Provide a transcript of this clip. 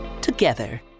together